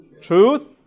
Truth